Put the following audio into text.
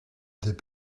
des